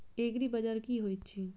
एग्रीबाजार की होइत अछि?